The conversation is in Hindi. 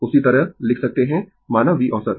उसी तरह लिख सकते है माना V औसत